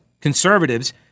conservatives